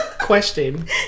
Question